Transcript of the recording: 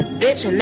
bitch